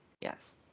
yes